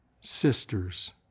sisters